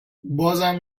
بازم